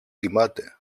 κοιμάται